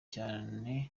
cyane